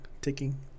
ticking